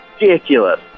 ridiculous